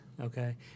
Okay